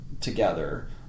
together